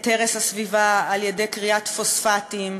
את הרס הסביבה על-ידי כריית פוספטים,